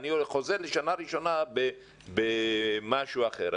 אני חוזר לשנה הראשונה במשהו אחר.